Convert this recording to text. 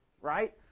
Right